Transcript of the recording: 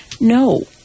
no